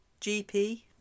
GP